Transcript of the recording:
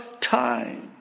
time